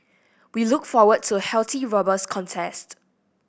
we look forward to a healthy robust contest